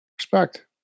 Respect